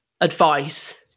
advice